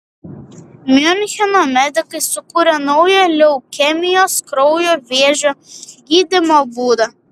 miuncheno medikai sukūrė naują leukemijos kraujo vėžio gydymo būdą